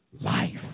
life